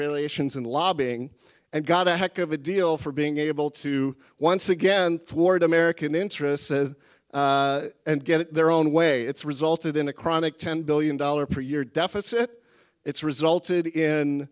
relations and lobbying and got a heck of a deal for being able to once again toward american interests and and get their own way it's resulted in a chronic ten billion dollars per year deficit it's resulted in